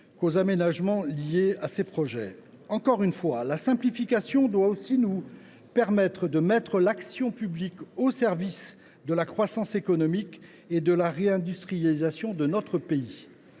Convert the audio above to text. qu’aux aménagements liés à ces projets. Encore une fois, la simplification doit aussi nous permettre de mettre l’action publique au service de la croissance économique et de la réindustrialisation de notre pays.